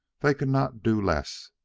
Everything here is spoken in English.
they could not do less,